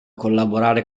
collaborare